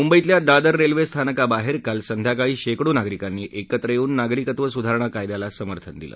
मुंबईतल्या दादर रेल्वे स्थानकाबाहेर काल संध्याकाळी शेकडो नागरिकांनी एकत्र येऊन नागरीकत्व सुधारणा कायद्याला समर्थन दिलं